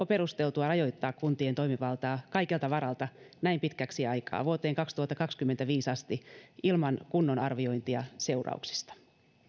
perusteltua rajoittaa kuntien toimivaltaa kaikelta varalta näin pitkäksi aikaa vuoteen kaksituhattakaksikymmentäviisi asti ilman kunnon arviointia seurauksista